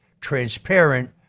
transparent